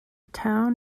town